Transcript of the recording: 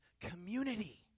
community